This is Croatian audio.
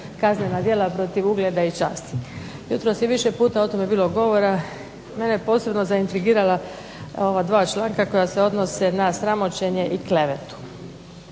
kaznena djela protiv ugleda i časti. Jutros je više puta o tome bilo govora. Mene su posebno zaintrigirala ova dva članka koja se odnose na sramoćenje i klevetu.